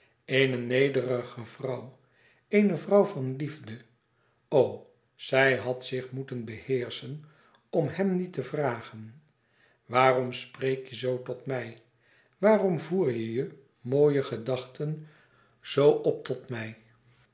eene nederige vrouw eene vrouw van liefde o zij had zich moeten beheerschen om hem niet te vragen waarom spreek je zoo tot mij waarom voer je je mooie gedachten zoo p tot mij